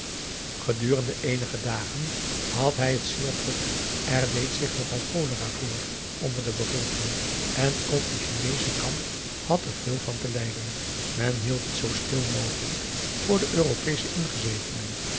gedurende eenige dagen had hij het zeer druk er deed zich nogal cholera voor onder de bevolking en ook de p a daum de van der lindens c s onder ps maurits chineesche kamp had er veel van te lijden men hield het zoo stil mogelijk voor de europeesche ingezetenen